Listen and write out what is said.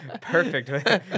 perfect